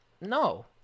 No